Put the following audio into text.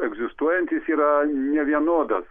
egzistuojantis yra nevienodas